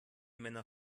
mann